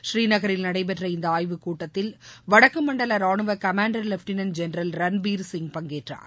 ஸ்ரீநகரில் நடைபெற்ற இந்த ஆய்வு கூட்டத்தில் வடக்கு மண்டல ரானுவ commander lieutenant general Ranbir Singh பங்கேற்றார்